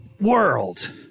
world